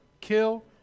kill